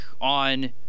on